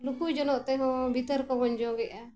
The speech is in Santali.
ᱞᱩᱠᱩᱭ ᱡᱚᱱᱚᱜ ᱛᱮᱦᱚᱸ ᱵᱷᱤᱛᱟᱹᱨ ᱠᱚᱵᱚᱱ ᱡᱚᱜᱮᱜᱼᱟ